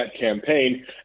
campaign